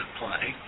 play